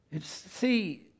See